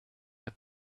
had